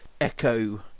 echo